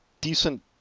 decent